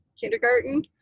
kindergarten